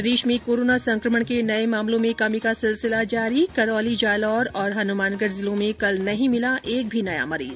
प्रदेश में कोरोना संकमण के नए मामलों में कमी का सिलसिला जारी करौली जालौर और हनुमानगढ़ जिलों में कल नहीं मिला एक भी नया मरीज